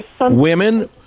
Women